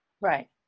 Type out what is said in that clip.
Right